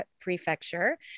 Prefecture